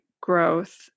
growth